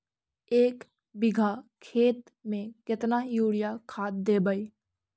एक बिघा खेत में केतना युरिया खाद देवै?